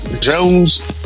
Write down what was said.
Jones